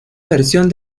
versión